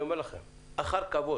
אני אומר לכם אחר כבוד